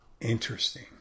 interesting